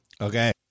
Okay